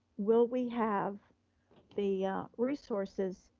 will we have the resources,